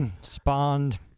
spawned